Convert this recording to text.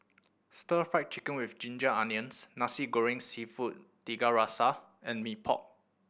Stir Fried Chicken With Ginger Onions Nasi Goreng Seafood Tiga Rasa and Mee Pok